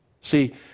see